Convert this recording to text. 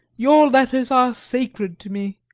your letters are sacred to me.